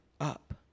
up